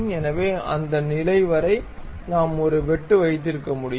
எனவே அந்த நிலை வரை நாம் ஒரு வெட்டு வைத்திருக்க முடியும்